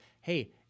Hey